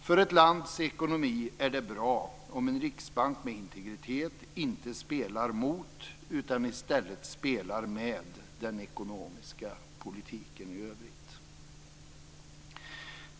För ett lands ekonomi är det bra om en riksbank med integritet inte spelar mot utan i stället spelar med den ekonomiska politiken i övrigt.